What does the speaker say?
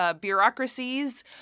bureaucracies